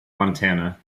montana